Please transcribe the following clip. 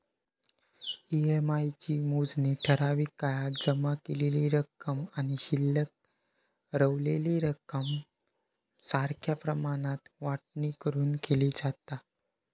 EMI ची मोजणी ठराविक काळात जमा केलेली रक्कम आणि शिल्लक रवलेली रक्कम सारख्या प्रमाणात वाटणी करून केली जाता